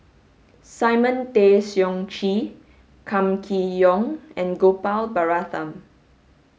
Simon Tay Seong Chee Kam Kee Yong and Gopal Baratham